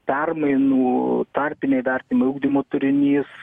permainų tarpiniai vertinimai ugdymo turinys